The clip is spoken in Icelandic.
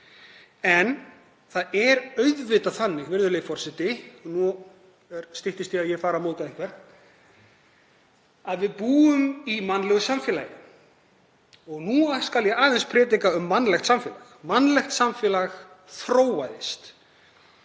En það er auðvitað þannig, virðulegur forseti, og nú styttist í að ég fari að móðga einhvern, að við búum í mannlegu samfélagi. Nú ætla ég aðeins að predika um mannlegt samfélag. Mannlegt samfélag þróaðist